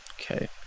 Okay